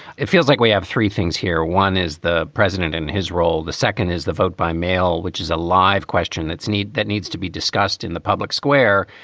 it feels like we have three things here one is the president and his role. the second is the vote by mail, which is a live question that's need that needs to be discussed in the public square.